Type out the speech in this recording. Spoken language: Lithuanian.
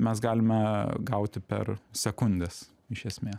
mes galime gauti per sekundes iš esmės